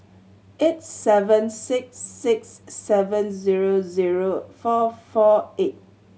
eight seven six six seven zero zero four four eight